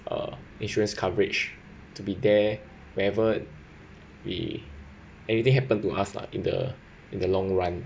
uh insurance coverage to be there wherever we anything happen to us lah in the in the long run